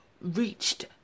reached